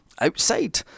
Outside